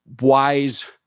wise